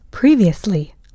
Previously